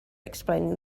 explaining